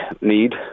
need